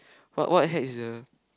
what what hatch the